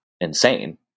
insane